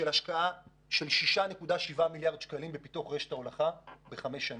שכוללת השקעה של 6.7 מיליארד שקלים בפיתוח רשת ההולכה בחמש שנים.